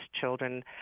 children